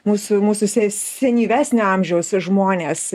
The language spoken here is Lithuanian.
mūsų mūsų se senyvesnio amžiaus žmonės